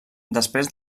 després